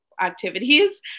activities